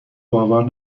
باور